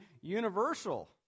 universal